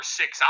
six